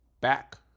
back